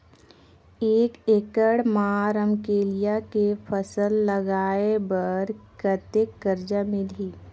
एक एकड़ मा रमकेलिया के फसल लगाय बार कतेक कर्जा मिलही?